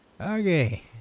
Okay